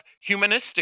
humanistic